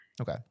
Okay